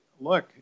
look